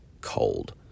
cold